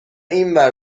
اینور